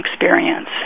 experience